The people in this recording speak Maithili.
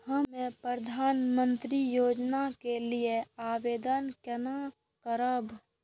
हम प्रधानमंत्री योजना के लिये आवेदन केना करब?